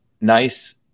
nice